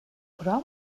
kural